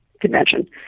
Convention